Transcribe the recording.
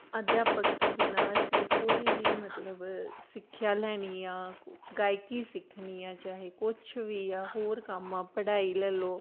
ਅਧਿਆਪਕ ਤੋਂ ਬਿਨਾਂ ਅਸੀਂ ਕੋਈ ਵੀ ਮਤਲਬ ਸਿੱਖਿਆ ਲੈਣੀ ਆ ਕੋ ਗਾਇਕੀ ਸਿੱਖਣੀ ਆ ਚਾਹੇ ਕੁਛ ਵੀ ਆ ਹੋਰ ਕੰਮ ਆ ਪੜ੍ਹਾਈ ਲੈ ਲਓ